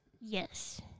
Yes